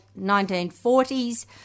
1940s